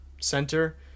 center